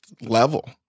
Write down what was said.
level